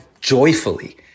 joyfully